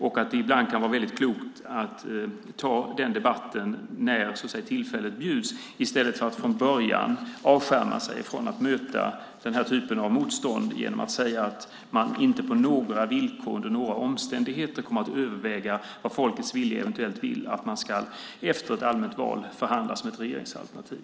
Ibland kan det vara väldigt klokt att ta den debatten när tillfället bjuds i stället för att från början avskärma sig från att möta den typen av motstånd genom att säga att man inte på några villkor eller under några omständigheter kommer att överväga vad folkets vilja eventuellt vill att vi efter ett allmänt val ska förhandla om som ett regeringsalternativ.